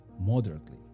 moderately